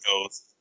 goes